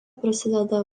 prasideda